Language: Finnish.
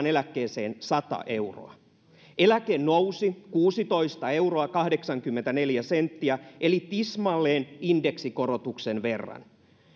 eläkkeeseen sata euroa eläke nousi kuusitoista euroa kahdeksankymmentäneljä senttiä eli tismalleen indeksikorotuksen verran